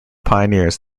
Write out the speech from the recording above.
pioneers